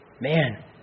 Man